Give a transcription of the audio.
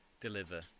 deliver